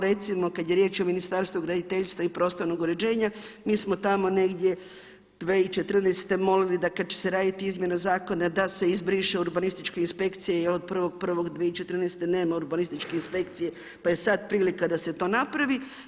Recimo kada je riječ o Ministarstvu graditeljstva i prostornog uređenja mi smo tamo negdje 2014. molili da kada će se raditi izmjena zakona da se izbriše urbanističke inspekcije jel od 1.1.2014. nema urbanističke inspekcije pa je sada prilika da se to napravi.